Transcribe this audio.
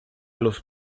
los